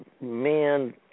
Man